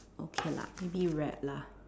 okay lah maybe red lah